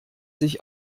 sich